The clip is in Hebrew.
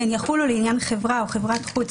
והן יחולו לעניין חברה או חברת חוץ